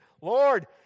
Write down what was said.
Lord